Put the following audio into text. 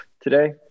today